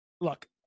look